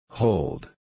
Hold